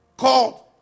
called